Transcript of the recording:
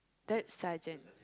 third Sergeant